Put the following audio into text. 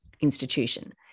institution